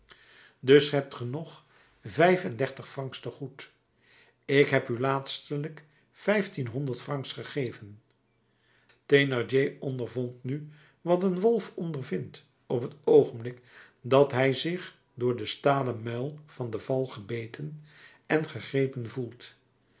dus hebt ge nog vijf-en-dertig francs tegoed ik heb u nu laatstelijk vijftienhonderd francs gegeven thénardier ondervond nu wat een wolf ondervindt op het oogenblik dat hij zich door den stalen muil van de val gebeten en gegrepen voelt